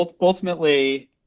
ultimately